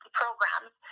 programs